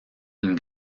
une